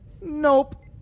Nope